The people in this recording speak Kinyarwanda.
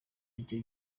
aribyo